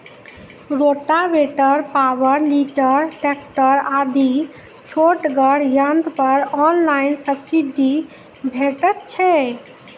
Rotavator, power tiller, tractor आदि छोटगर यंत्र पर ऑनलाइन सब्सिडी भेटैत छै?